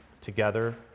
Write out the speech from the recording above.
together